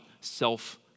self